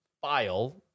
file